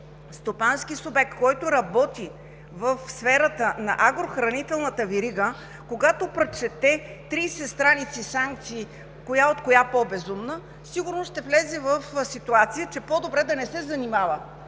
стопански субект, който работи в сферата на агрохранителната верига, когато прочете 30 страници санкции – коя от коя по-безумна, сигурно ще влезе в ситуация по-добре да не се занимава